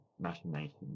machinations